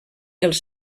els